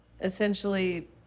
essentially